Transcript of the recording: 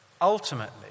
Ultimately